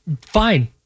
Fine